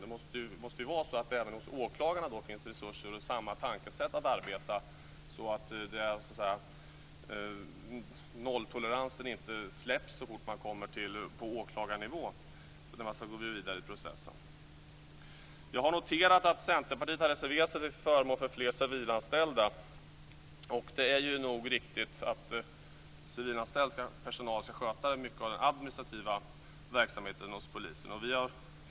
Det måste ju vara så att det även hos åklagarna finns resurser och att man har samma tankesätt i arbetet så att nolltoleransen inte släpps så fort man kommer på åklagarnivå. Man ska gå vidare i processen. Jag har noterat att Centerpartiet har reserverat sig till förmån för fler civilanställda. Det är nog riktigt att civilanställd personal ska sköta mycket av den administrativa verksamheten hos polisen.